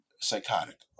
psychotic